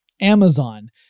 Amazon